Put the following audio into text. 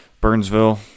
burnsville